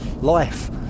life